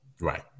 Right